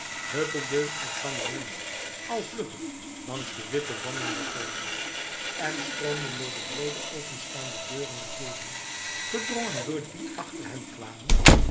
huppelden elkander na al vlugger langs de witte wanden der galerij en stroomden door de brede openstaande deuren naar voren verdrongen door die achter hen kwamen